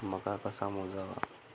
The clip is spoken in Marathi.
मका कसा मोजावा?